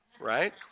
Right